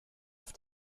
auf